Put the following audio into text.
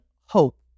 hope